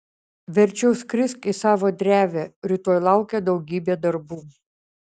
verčiau skrisk į savo drevę rytoj laukia daugybė darbų